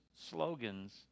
slogans